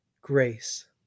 Grace